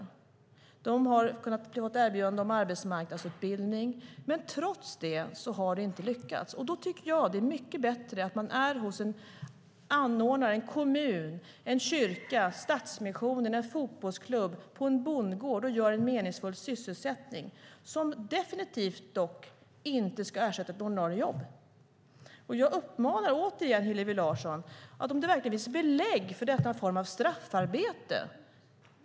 De har kunnat ta emot erbjudande om arbetsmarknadsutbildning, men trots det har det inte lyckats. Då tycker jag att det är mycket bättre att man är hos en anordnare - en kommun, en kyrka, Stadsmissionen, en fotbollsklubb eller en bondgård - och har en meningsfull sysselsättning. Den ska dock definitivt inte ersätta ett ordinarie jobb. Jag frågar återigen Hillevi Larsson om det verkligen finns belägg för att detta är någon form av straffarbete.